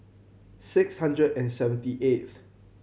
six hundred and seventy eighth